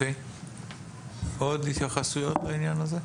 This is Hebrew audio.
עוד התייחסויות בעניין הזה?